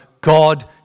God